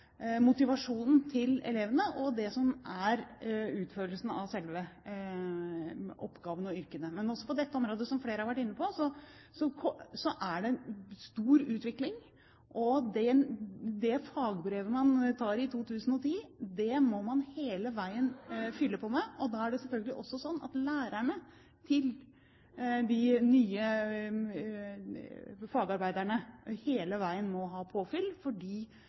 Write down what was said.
motivasjonen til elevene og utførelsen av selve oppgaven og yrkene. Men som flere har vært inne på, er det en stor utvikling også på dette området. Det fagbrevet man tar i 2010, må man hele veien fylle på, og da er det selvfølgelig også slik at lærerne til de nye fagarbeiderne hele veien må ha påfyll, fordi